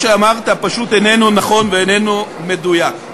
מה שאמרת פשוט איננו נכון ואיננו מדויק.